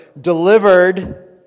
delivered